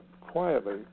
quietly